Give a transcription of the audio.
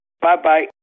Bye-bye